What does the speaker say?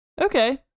Okay